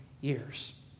years